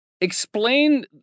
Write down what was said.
Explain